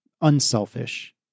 unselfish